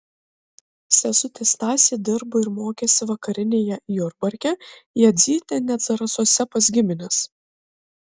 sesutė stasė dirbo ir mokėsi vakarinėje jurbarke jadzytė net zarasuose pas gimines